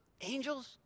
angels